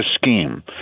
scheme